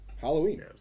Halloween